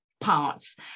parts